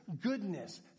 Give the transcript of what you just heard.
goodness